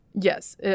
Yes